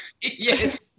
yes